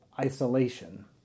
isolation